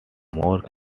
more